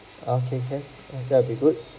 okay can that will be good